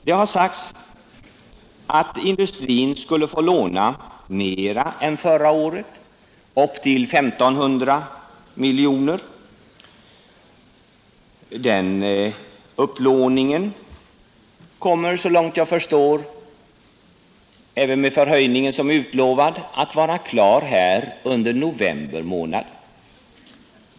Det har sagts att industrin skulle få låna mera än förra året — upp till 1 500 miljoner. Den upplåningen kommer så långt jag förstår, även med förhöjningen som är utlovad, att vara klar här under november månad.